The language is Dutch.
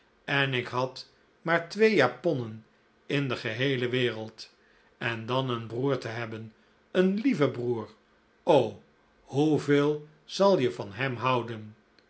en ik had maar twee japonnen in de geheele wereld en dan een broer te hebben een lieve broer o hoe veel zal je van hem houden